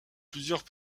plusieurs